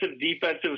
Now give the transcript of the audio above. defensive